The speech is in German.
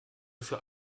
für